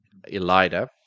Elida